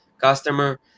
customer